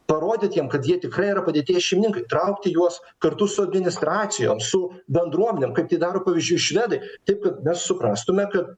parodyt jiem kad jie tikrai yra padėties šeimininkai traukti juos kartu su administracijom su bendruomenėm kaip tai daro pavyzdžiui švedai taip kad mes suprastume kad